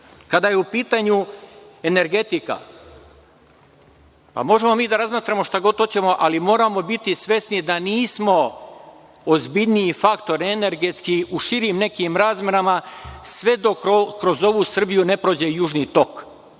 to. Kada je u pitanju energetika, možemo da razmatramo šta god hoćemo, ali moramo biti svesni da nismo ozbiljniji energetski faktor u širim nekim razmerama sve dok kroz ovu Srbiju ne prođe Južni tok.